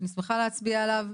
אני שמחה להצביע עליו.